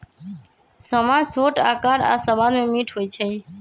समा छोट अकार आऽ सबाद में मीठ होइ छइ